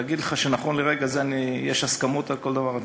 להגיד לך שנכון לרגע זה יש הסכמות על כל דבר,